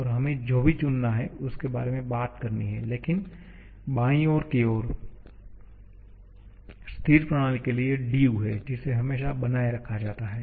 और हमें जो भी चुनना है उसके बारे में बात करनी है लेकिन बाईं ओर की ओर स्थिर प्रणाली के लिए dUहै जिसे हमेशा बनाए रखा जाता है